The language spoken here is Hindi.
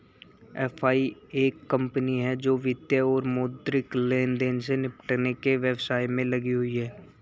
एफ.आई एक कंपनी है जो वित्तीय और मौद्रिक लेनदेन से निपटने के व्यवसाय में लगी हुई है